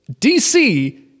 DC